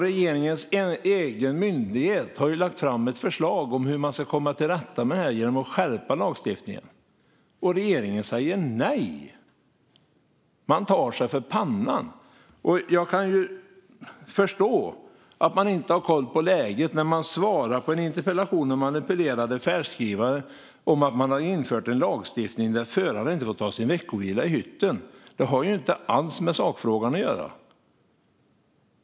Regeringens egen myndighet har lagt fram ett förslag om hur man ska komma till rätta med det här genom att skärpa lagstiftningen, men regeringen säger nej. Man får ta sig för pannan. Jag förstår att man inte har koll på läget när man svarar på en interpellation om manipulerade färdskrivare med att man har infört en lagstiftning som innebär förarna inte får ta sin veckovila i hytten. Det har inte alls med sakfrågan att göra.